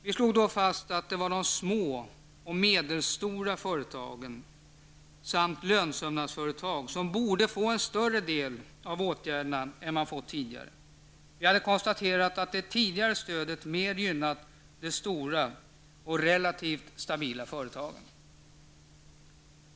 Vi slog då fast att det var de små och medelstora företagen samt lönsömnadsföretag som borde få en större del av åtgärderna än man fått tidigare. Vi hade konstaterat att det tidigare stödet mer gynnat de stora och relativt stabila företagen.